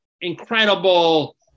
incredible